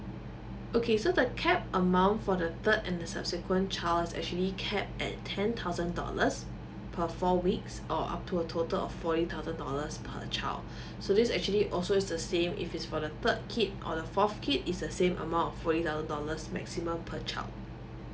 okay so the cap amount for the third and the subsequent child's actually cap at ten thousand dollars per four weeks or up to a total of forty thousand dollars per child so this actually also is the same if it's for the third kid or the fourth kid is the same amount of forty dollars maximum per child